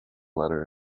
letter